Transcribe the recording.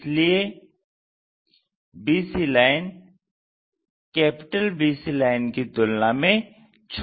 इसलिए bc line BC की तुलना में छोटी है